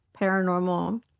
paranormal